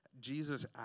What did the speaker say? Jesus